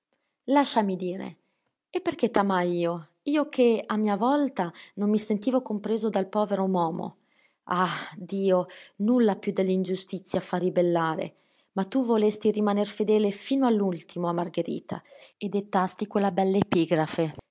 lasciami dire e perché t'amai io io che a mia volta non mi sentivo compresa dal povero momo ah dio nulla più dell'ingiustizia fa ribellare ma tu volesti rimaner fedele fino all'ultimo a margherita e dettasti quella bell'epigrafe